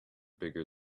bigger